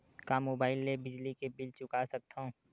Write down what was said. का मुबाइल ले बिजली के बिल चुका सकथव?